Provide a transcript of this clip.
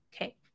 Okay